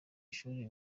ishuri